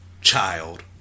child